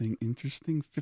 interesting